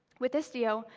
with istio,